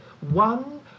one